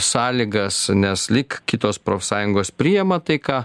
sąlygas nes lyg kitos profsąjungos priima tai ką